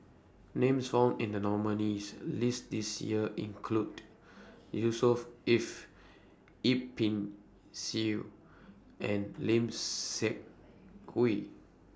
Names found in The nominees' list This Year include Yusnor Ef Yip Pin Xiu and Lim Seok Hui